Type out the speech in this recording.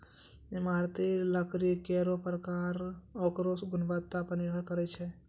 इमारती लकड़ी केरो परकार ओकरो गुणवत्ता पर निर्भर करै छै